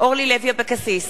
אורלי לוי אבקסיס,